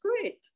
great